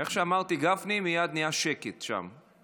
איך שאמרתי "גפני" מייד נהיה שקט שם,